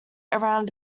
around